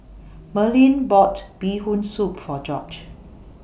Merlyn bought Bee Hoon Soup For George